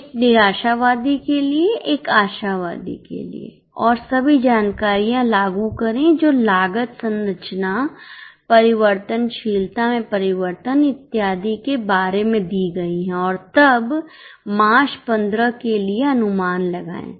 एक निराशावादी के लिए एक आशावादी के लिए और सभी जानकारियाँ लागू करें जो लागत संरचना परिवर्तनशीलता में परिवर्तन इत्यादि के बारे में दी गई हैं और तब मार्च 15 के लिए अनुमान लगाएं